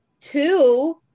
Two